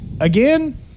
Again